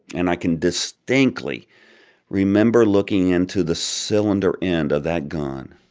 and i can distinctly remember looking into the cylinder end of that gun.